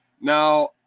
now